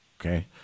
Okay